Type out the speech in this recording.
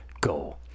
go